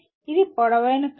ఇది పొడవైన క్రమం